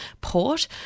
port